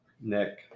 Nick